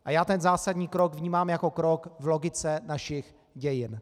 A já ten zásadní krok vnímám jako krok v logice našich dějin.